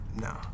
No